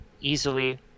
easily